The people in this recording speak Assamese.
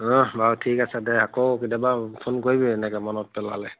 অঁ বাৰু ঠিক আছে দে আকৌ কেতিয়াবা ফোন কৰিবি এনেকে মনত পেলালে